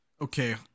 okay